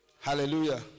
hallelujah